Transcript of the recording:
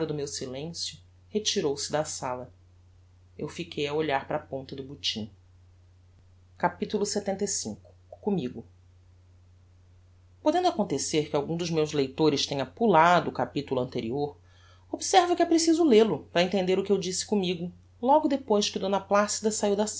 meu silencio retirou-se da sala eu fiquei a olhar para a ponta do botim capitulo lxxv commigo podendo acontecer que algum dos meus leitores tenha pulado o capitulo anterior observo que é preciso lel o para entender o que eu disse commigo logo depois que d placida saiu da